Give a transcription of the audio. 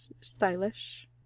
stylish